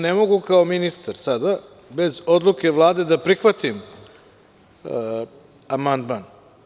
Ne mogu kao ministar sada bez odluke Vlade da prihvatim amandman.